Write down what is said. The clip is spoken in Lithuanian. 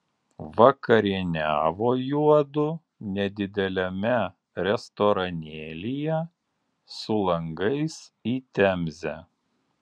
vakarieniavo juodu nedideliame restoranėlyje su langais į temzę